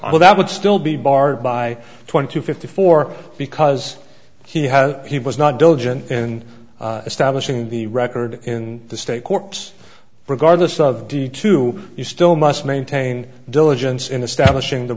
all that would still be barred by twenty to fifty four because he has he was not diligent in establishing the record in the state courts regardless of duty to you still must maintain diligence in establishing the